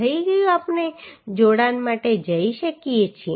થઈ ગયું આપણે જોડાણ માટે જઈ શકીએ છીએ